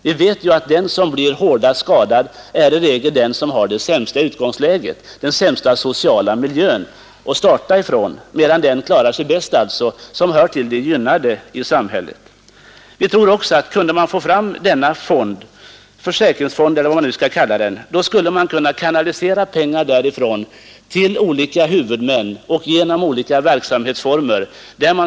Vi vet att den som skadas allvarligast i regel är den som har det sämsta utgångsläget, den sämsta sociala miljön, att starta från, medan den klarar sig bäst som hör till de gynnade grupperna i samhället. Vi tror att om man kunde bilda denna fond — försäkringsfond eller vad man skall kalla den — skulle man kunna kanalisera pengar därifrån till olika huvudmän och olika verksamhetsformer.